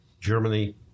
Germany